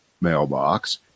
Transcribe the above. mailbox